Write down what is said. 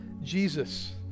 Jesus